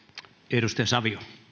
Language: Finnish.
arvoisa